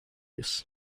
use